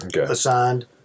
assigned